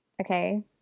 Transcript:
okay